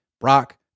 Brock